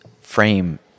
frame